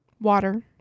Water